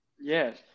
Yes